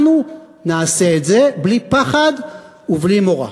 אנחנו נעשה את זה, בלי פחד ובלי מורא.